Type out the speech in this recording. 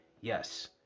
Yes